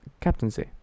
captaincy